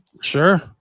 Sure